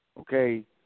okay